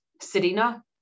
Serena